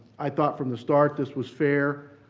i thought from the start this was fair.